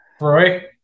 Roy